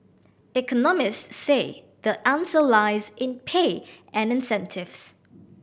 economists say the answer lies in pay and incentives